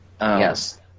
Yes